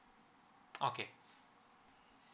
okay